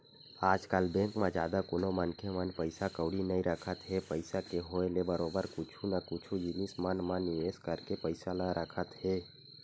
आजकल बेंक म जादा कोनो मनखे मन पइसा कउड़ी नइ रखत हे पइसा के होय ले बरोबर कुछु न कुछु जिनिस मन म निवेस करके पइसा ल रखत हे